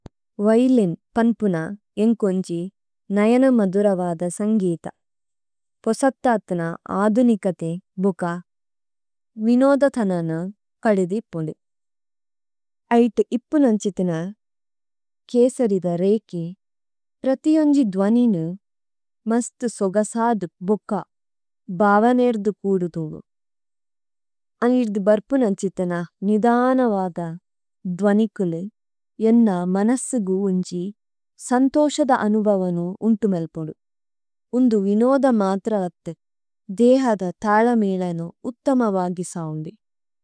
വൈല്ലിന് പന്പുന എംകൊംജി നയന മദുരവാദ സംഗീത പൊസത്താത്ന ആദുനികതെ ബുക്ക വിനോദതനനു പഡിദി പൊഡു। ആയിട്ടു ഇപ്പുനംചിതന കേസരിദ രേകെ പ്രതിയംജി ദ്വാനിനു മസ്തു സോഗസാദു ബുക്ക ബാവനേര്ദു പൊഡുദു। അനിര്ദു ബര്പുനംചിതന നിധാനവാദ ദ്വാനികളു എന്ന മനസ്തിഗു ഉഞ്ജി സംതോഷദ അനുവാവനു ഉണ്ടുമല്പദു। ഒംദു വിനോദ മാത്രവത്തു ദേഹദ താളമേളനു ഉത്തമവാ� മാത്രവത്തു ദേഹദ താളമേളനു ഉത്തമവാവനു മാത്രവത്തു ദേഹദ।